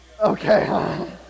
Okay